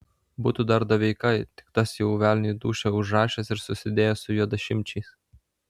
būtų dar doveika tik tas jau velniui dūšią užrašęs ir susidėjęs su juodašimčiais